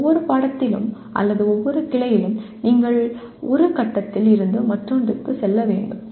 ஒவ்வொரு பாடத்திலும் அல்லது ஒவ்வொரு கிளையிலும் நீங்கள் ஒரு கட்டத்தில் இருந்து மற்றொன்றுக்கு செல்ல வேண்டும்